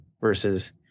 versus